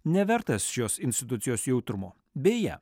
nevertas šios institucijos jautrumo beje